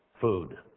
food